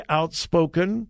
outspoken